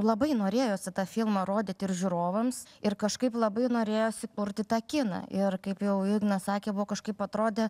labai norėjosi tą filmą rodyti ir žiūrovams ir kažkaip labai norėjosi kurti tą kiną ir kaip jau ignas sakė buvo kažkaip atrodė